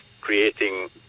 creating